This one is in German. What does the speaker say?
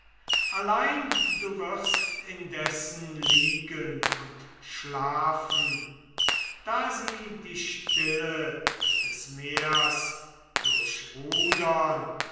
allein du wirst indessen liegen und schlafen da sie die stille des meers